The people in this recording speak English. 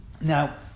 Now